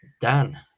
Dan